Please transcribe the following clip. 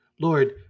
Lord